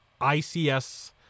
ICS